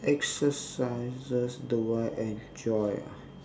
exercises do I enjoy ah